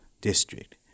district